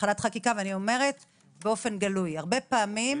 אני אומרת גלויות,